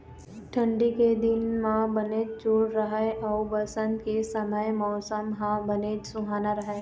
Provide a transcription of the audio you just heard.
ठंडी के दिन म बनेच जूड़ करय अउ बसंत के समे मउसम ह बनेच सुहाना राहय